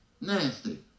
Nasty